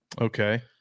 Okay